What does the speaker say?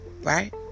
right